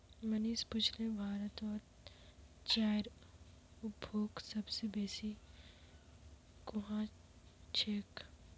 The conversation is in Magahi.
मनीष पुछले भारतत चाईर उपभोग सब स बेसी कुहां ह छेक